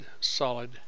solid